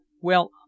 Well